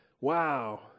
Wow